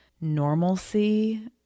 normalcy